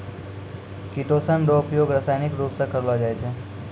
chitosan रो उपयोग रासायनिक रुप से करलो जाय छै